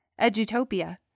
Edutopia